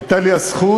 הייתה לי הזכות,